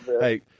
Hey